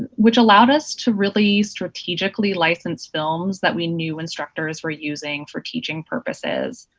which allowed us to really strategically license films that we knew instructors were using for teaching purposes.